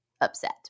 upset